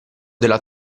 della